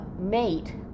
mate